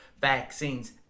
vaccines